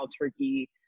Turkey